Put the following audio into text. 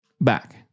back